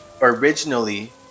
originally